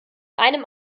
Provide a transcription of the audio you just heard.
einem